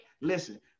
Listen